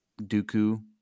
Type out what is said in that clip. Dooku